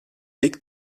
tik